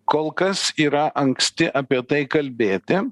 kol kas yra anksti apie tai kalbėti